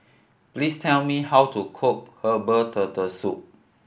please tell me how to cook herbal Turtle Soup